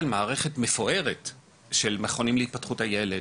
מערכת מפוארת של מכונים להתפתחות הילד,